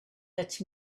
let